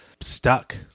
stuck